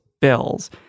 bills